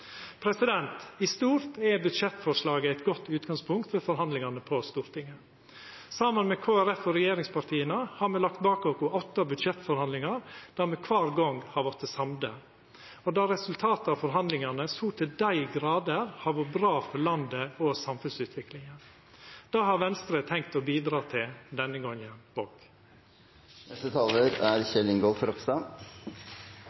I stort er budsjettforslaget eit godt utgangspunkt for forhandlingane på Stortinget. Saman med Kristeleg Folkeparti og regjeringspartia har me lagt bak oss åtte budsjettforhandlingar der me kvar gong har vorte samde, og der resultata av forhandlingane så til dei grader har vore bra for landet og samfunnsutviklinga. Det har Venstre tenkt å bidra til denne gongen